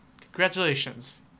congratulations